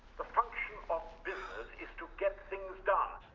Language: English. the function of business is to get things done.